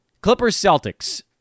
Clippers-Celtics